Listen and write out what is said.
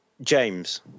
James